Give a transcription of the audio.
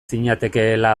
zinatekeela